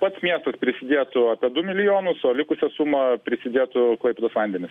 pats miestas prisidėtų apie du milijonus o likusią sumą prisidėtų klaipėdos vandenys